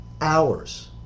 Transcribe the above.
hours